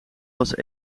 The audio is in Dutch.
was